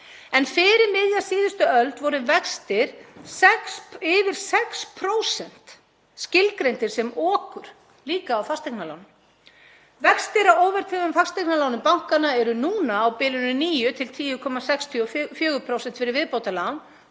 Fyrir miðja síðustu öld voru vextir yfir 6% skilgreindir sem okur, líka á fasteignalán. Vextir á óverðtryggðum fasteignalánum bankanna eru núna á bilinu 9–10,64% fyrir viðbótarlán,